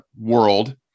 world